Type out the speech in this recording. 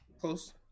Close